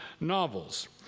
novels